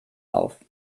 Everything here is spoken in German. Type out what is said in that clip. auf